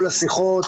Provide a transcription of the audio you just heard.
מכל השיחות,